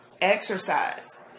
exercise